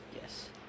Yes